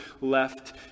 left